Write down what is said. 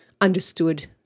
understood